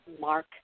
Mark